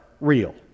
real